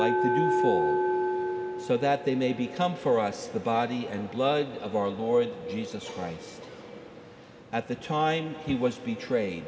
we so that they may become for us the body and blood of our lord jesus christ at the time he was betrayed